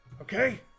Okay